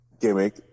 gimmick